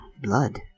Blood